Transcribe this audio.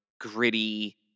gritty